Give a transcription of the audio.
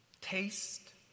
taste